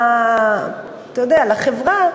לחברה,